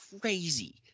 crazy